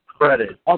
credit